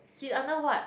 he under what